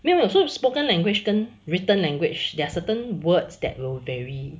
没有没又 so spoken language 更 written language there are certain words that will vary